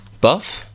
Buff